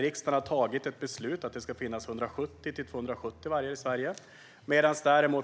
Riksdagen har tagit ett beslut om att det ska finnas 170-270 vargar i Sverige, medan